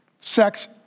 Sex